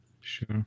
Sure